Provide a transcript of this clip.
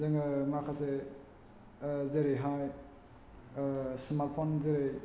जोङो माखासे जेरैहाय सिमार्ट फन जेरै